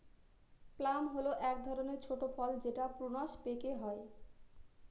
plum হল এক ধরনের ছোট ফল যেটা প্রুনস পেকে হয়